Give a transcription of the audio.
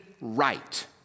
Right